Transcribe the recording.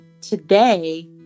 today